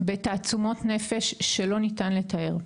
בתעצומות נפש שלא ניתן לתאר.